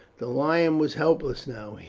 the lion was helpless now.